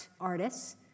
artists